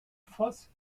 voss